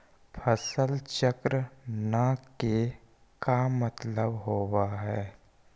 फसल चक्र न के का मतलब होब है?